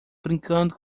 brincando